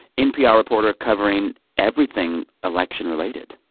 npr reporter covering everything election-related.